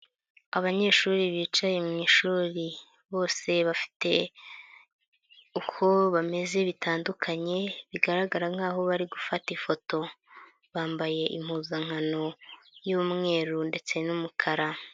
Abanyeshuri bicaye mu ishuri. Bose bafite uko bameze bitandukanye bigaragara nk'aho bari gufata ifoto. Bambaye impuzankano y'umweru ndetse n'umukara.